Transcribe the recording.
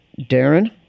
Darren